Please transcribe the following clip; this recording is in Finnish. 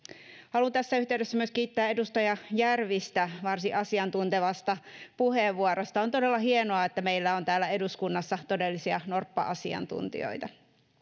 haluan tässä yhteydessä myös kiittää edustaja järvistä varsin asiantuntevasta puheenvuorosta on todella hienoa että meillä on täällä eduskunnassa todellisia norppa asiantuntijoita